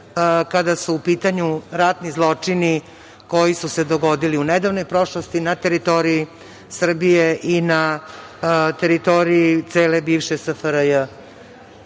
kada su u pitanju ratni zločini koji su se dogodili u nedavnoj prošlosti na teritoriji Srbije i na teritoriji cele bivše SFRJ.Imala